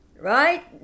right